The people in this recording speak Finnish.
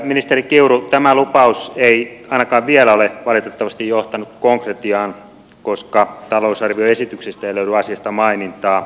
ministeri kiuru tämä lupaus ei ainakaan vielä ole valitettavasti johtanut konkretiaan koska talousarvioesityksestä ei löydy asiasta mainintaa